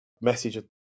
message